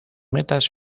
metas